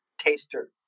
taster